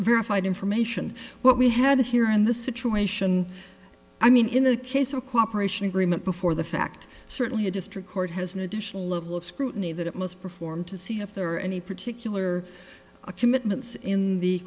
verified information what we had here in the situation i mean in the case of cooperation agreement before the fact certainly a district court has an additional level of scrutiny that it must perform to see if there are any particular commitments in the